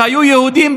צריך לחטוף אזרחים,